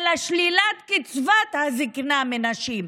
אלא שלילת קצבת הזקנה מנשים.